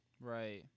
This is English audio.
Right